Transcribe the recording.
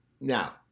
Now